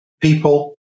people